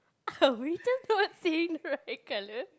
were you just not seeing the right colour